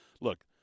Look